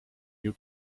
you